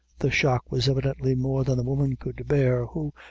the shock was evidently more than the woman could bear, who,